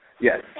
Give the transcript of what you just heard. Yes